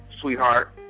Sweetheart